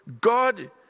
God